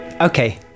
Okay